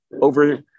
over